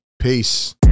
Peace